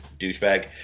douchebag